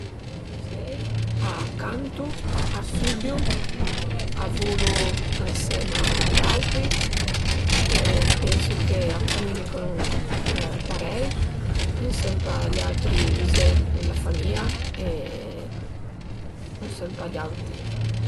Gl'üzei a cantu, a sübiu, a vulu ënsema a gl'auti e pensu ch'a cumünichën parei ënsëmp a gl'autri üzei d'la famìa e ënsëmp a gl'auti